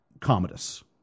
Commodus